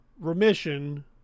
remission